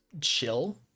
chill